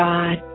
God